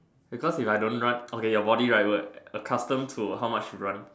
because if I don't run okay your body right would accustom to how much run